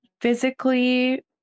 physically